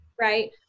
right